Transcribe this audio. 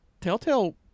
Telltale